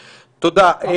תודה.